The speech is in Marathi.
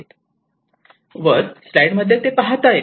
वर स्लाईड मध्ये ते पाहता येते